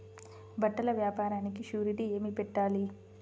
బట్టల వ్యాపారానికి షూరిటీ ఏమి పెట్టాలి?